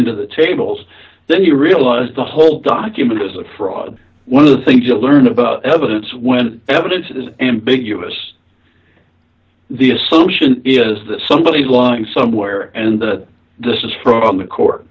nto the tables then you realize the whole document is a fraud one of the things you learn about evidence when evidence is ambiguous the assumption is that somebody is lying somewhere and this is from a court